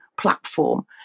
platform